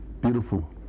beautiful